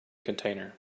container